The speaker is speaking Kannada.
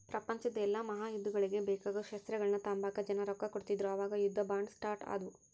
ಪ್ರಪಂಚುದ್ ಎಲ್ಡೂ ಮಹಾಯುದ್ದಗುಳ್ಗೆ ಬೇಕಾಗೋ ಶಸ್ತ್ರಗಳ್ನ ತಾಂಬಕ ಜನ ರೊಕ್ಕ ಕೊಡ್ತಿದ್ರು ಅವಾಗ ಯುದ್ಧ ಬಾಂಡ್ ಸ್ಟಾರ್ಟ್ ಆದ್ವು